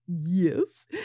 Yes